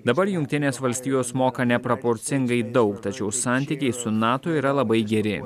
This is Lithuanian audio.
dabar jungtinės valstijos moka neproporcingai daug tačiau santykiai su nato yra labai geri